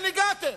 לאן הגעתם?